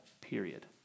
period